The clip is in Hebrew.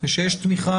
ואני מעודד אתכם